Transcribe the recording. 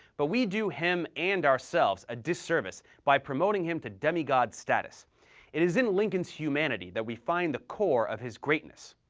but we do him and ourselves a disservice by promoting him to demigod status it is in lincoln's humanity that we find the core of his greatness.